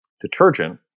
detergent